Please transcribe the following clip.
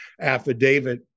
affidavit